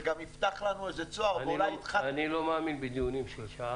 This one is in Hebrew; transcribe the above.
זה גם יפתח לנו איזה צוהר פה -- אני לא מאמין בדיונים של שעה.